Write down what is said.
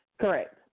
Correct